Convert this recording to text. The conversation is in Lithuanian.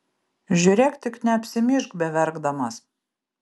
žiūrėk tik neapsimyžk beverkdamas